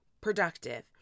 productive